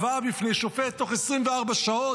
הבאה בפני שופט תוך 24 שעות,